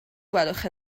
gwelwch